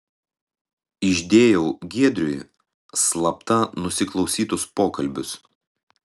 išdėjau giedriui slapta nusiklausytus pokalbius